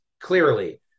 clearly